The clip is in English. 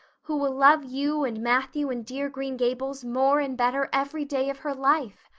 who will love you and matthew and dear green gables more and better every day of her life.